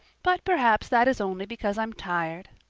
but perhaps that is only because i'm tired.